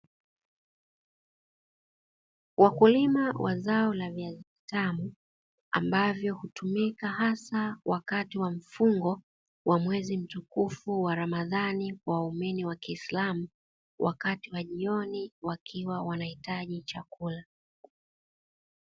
Wakulima wa zao la viazi vitamu, ambavyo hutumika hasa wakati wa mfungo wa mwezi mtukufu wa ramadhani kwa waumini wa kiislam, wakati wa jioni wakiwa wanahitaji chakula.